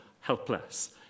helpless